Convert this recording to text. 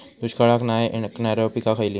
दुष्काळाक नाय ऐकणार्यो पीका खयली?